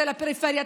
צא לפריפריה,